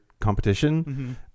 competition